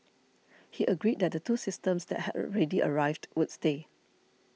he agreed that the two systems that had already arrived would stay